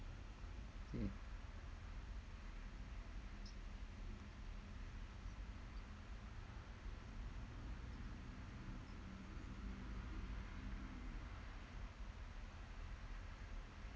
mm